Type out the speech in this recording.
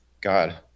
god